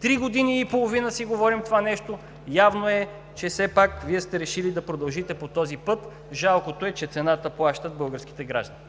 Три години и половина си говорим това нещо. Явно е, че все пак Вие сте решили да продължите по този път. Жалкото е, че цената плащат българските граждани.